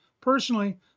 Personally